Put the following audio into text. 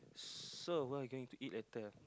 so what we going to eat later